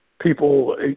people